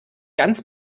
ganz